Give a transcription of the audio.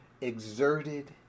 exerted